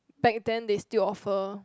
back then they still offer